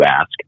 ask